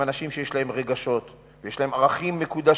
הם אנשים שיש להם רגשות ויש להם ערכים מקודשים.